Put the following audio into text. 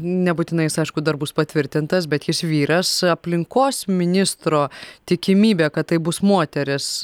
nebūtinai jis aišku dar bus patvirtintas bet jis vyras aplinkos ministro tikimybė kad tai bus moteris